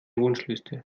wunschliste